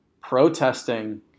protesting